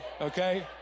okay